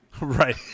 right